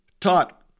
taught